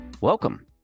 Welcome